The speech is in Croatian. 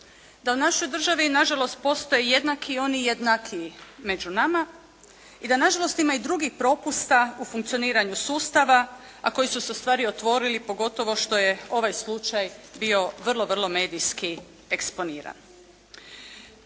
da u našoj državi na žalost postoji jednaki i oni jednakiji među nama i da na žalost ima i drugih propusta u funkcioniranju sustava, a koji su se ustvari otvorili pogotovo što je ovaj slučaj bio vrlo, vrlo medijski eksponiran.